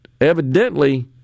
evidently